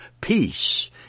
peace